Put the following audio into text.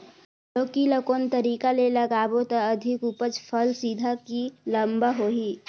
लौकी ल कौन तरीका ले लगाबो त अधिक उपज फल सीधा की लम्बा होही?